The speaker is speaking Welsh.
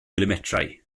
milimetrau